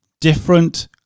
different